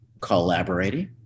collaborating